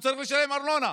הוא צריך לשלם ארנונה.